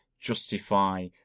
justify